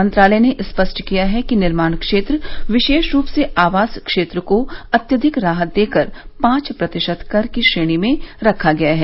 मंत्रालय ने स्पष्ट किया है कि निर्माण क्षेत्र विशेष रूप से आवास क्षेत्र को अत्यधिक राहत देकर पांच प्रतिशत कर की श्रेणी में रखा गया है